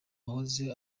wahoze